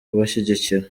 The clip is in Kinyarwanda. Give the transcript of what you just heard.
kubashyigikira